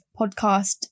podcast